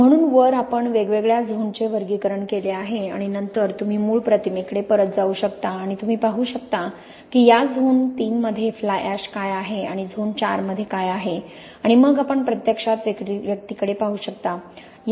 म्हणून वर आपण वेगवेगळ्या झोनचे वर्गीकरण केले आहे आणि नंतर तुम्ही मूळ प्रतिमेकडे परत जाऊ शकता आणि तुम्ही पाहू शकता की या झोन तीनमध्ये फ्लाय अॅश काय आहे आणि झोन चारमध्ये काय आहे आणि मग आपण प्रत्यक्षात व्यक्तीकडे पाहू शकता